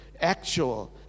actual